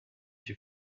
die